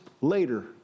later